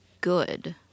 good